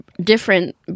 Different